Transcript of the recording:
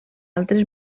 altres